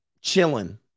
chilling